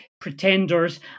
pretenders